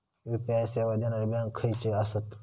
UPI सेवा देणारे bank खयचे आसत?